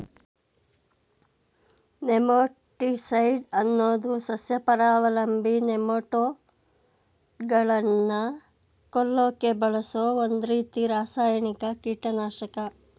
nematicide ಅನ್ನೋದು ಸಸ್ಯಪರಾವಲಂಬಿ ನೆಮಟೋಡ್ಗಳನ್ನ ಕೊಲ್ಲಕೆ ಬಳಸೋ ಒಂದ್ರೀತಿ ರಾಸಾಯನಿಕ ಕೀಟನಾಶಕ